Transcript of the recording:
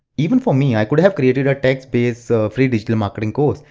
even for me, i could have created a text-based so free digital marketing course.